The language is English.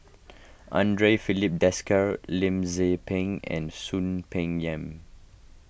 andre Filipe Desker Lim Tze Peng and Soon Peng Yam